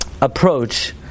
approach